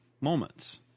moments